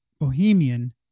Bohemian